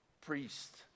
priest